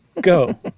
Go